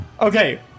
Okay